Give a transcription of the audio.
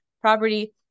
property